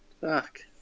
Fuck